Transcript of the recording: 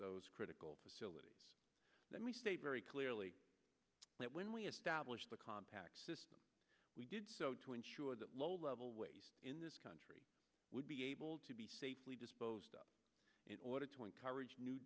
those critical facilities let me state very clearly that when we established the compact system we did so to ensure that low level waste in this country would be able to be safely disposed of in order to encourage new